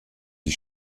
die